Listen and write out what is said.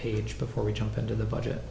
page before we jump into the budget